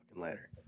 ladder